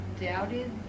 doubted